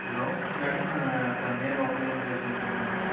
hello madam Ramya local రెసిడెన్సీయేనా madam